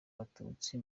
abatutsi